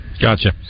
Gotcha